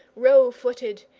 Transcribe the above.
roe-footed,